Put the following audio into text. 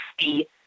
see